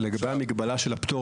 לגבי המגבלה של הפטור,